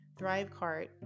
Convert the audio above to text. Thrivecart